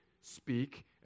speak